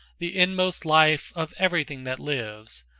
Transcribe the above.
the inmost life of everything that lives,